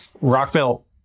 Rockville